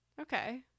okay